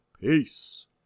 Peace